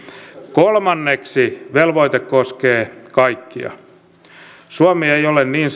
kolmanneksi velvoite koskee kaikkia suomi ei ole niin